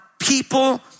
people